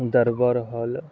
ದರ್ಬಾರು ಹಾಲ